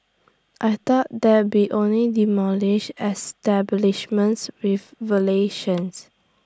I thought they'll be only demolishing establishments with violations